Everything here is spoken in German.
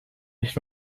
nicht